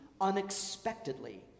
unexpectedly